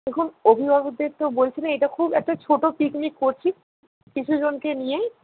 দেখুন অভিভাবকদের তো বলছি না এটা খুব একটা ছোটো পিকনিক করছি কিছুজনকে নিয়েই